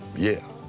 yeah.